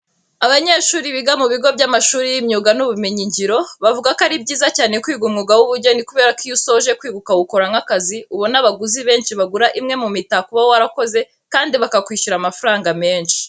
Abanyeshuri biga mu bigo by'amashuri y'imyuga n'ubumenyingiro, bavuga ko ari byiza cyane kwiga umwuga w'ubugeni kubera ko iyo usoje kwiga ukawukora nk'akazi ubona abaguzi benshi bagura imwe mu mitako uba warakoze kandi bakakwishura amafaranga menshi.